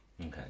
okay